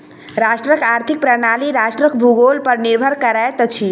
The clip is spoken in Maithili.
राष्ट्रक आर्थिक प्रणाली राष्ट्रक भूगोल पर निर्भर करैत अछि